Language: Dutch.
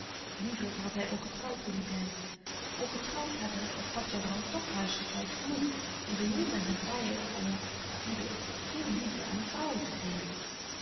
liever had hij ongetrouwd willen blijven ongetrouwd had hij op patjaram toch huiselijkheid genoeg en behield hij zijn vrijheid om goedig veel liefde aan de vrouwen te geven